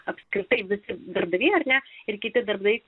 apskritai visi darbdaviai ar ne ir kiti darbai